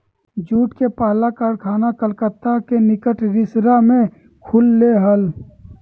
jute के पहला कारखाना कलकत्ता के निकट रिसरा में खुल लय हल